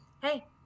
hey